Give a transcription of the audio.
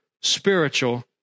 spiritual